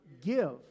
give